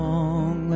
Long